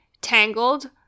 Tangled